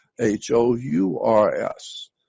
h-o-u-r-s